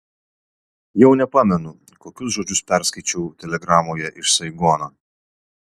jau nepamenu kokius žodžius perskaičiau telegramoje iš saigono